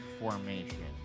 formation